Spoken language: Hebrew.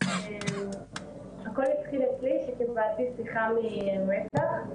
הכול התחיל אצלי כשקיבלתי שיחה ממצ"ח.